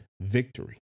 victory